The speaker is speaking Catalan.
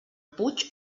puig